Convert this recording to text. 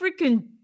freaking